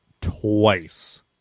twice